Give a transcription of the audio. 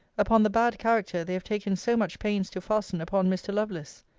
upon the bad character they have taken so much pains to fasten upon mr. lovelace.